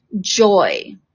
joy